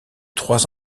trois